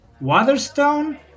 Waterstone